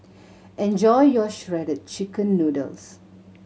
enjoy your Shredded Chicken Noodles